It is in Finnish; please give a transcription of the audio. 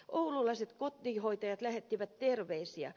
oululaiset kotihoitajat lähettivät terveisiä